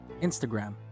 Instagram